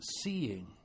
seeing